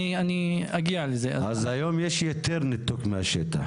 אז היום יותר ניתוק מהשטח.